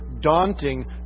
daunting